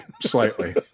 slightly